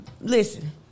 listen